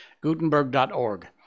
gutenberg.org